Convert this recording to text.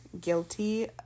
guilty